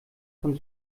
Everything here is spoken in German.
von